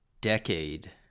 decade